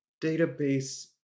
database